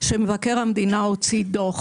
בשנת 2018 מבקר המדינה הוציא דוח